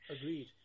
Agreed